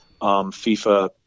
FIFA